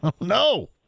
No